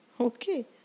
Okay